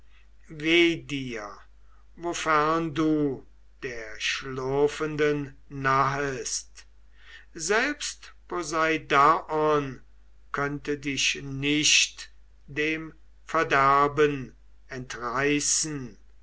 wofern du der schlurfenden nahest selbst poseidaon könnte dich nicht dem verderben entreißen